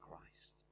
Christ